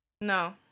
no